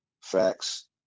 facts